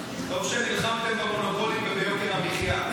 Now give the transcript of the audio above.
טוב שנלחמתם במונופולים וביוקר המחיה.